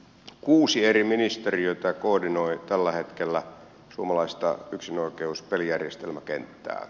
kuusi eri ministeriötä koordinoi tällä hetkellä suomalaista yksinoikeuspelijärjestelmäkenttää